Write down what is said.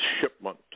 shipment